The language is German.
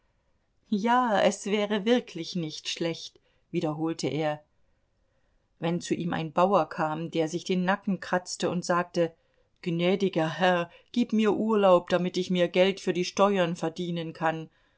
ja es wäre wirklich nicht schlecht wiederholte er wenn zu ihm ein bauer kam der sich den nacken kratzte und sagte gnädiger herr gib mir urlaub damit ich mir geld für die steuern verdienen kann